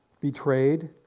betrayed